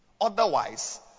Otherwise